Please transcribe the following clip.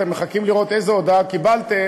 אתם מחכים לראות איזו הודעה קיבלתם.